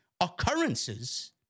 occurrences